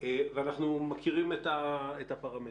ואנחנו מכירים את הפרמטרים,